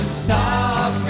stop